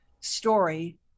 story